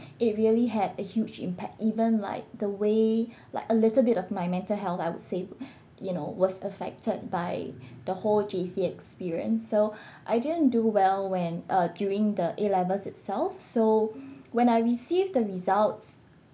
it really had a huge impact even like the way like a little bit of my mental health I would say you know was affected by the whole J_C experience so I didn't do well when uh during the A levels itself so when I received the results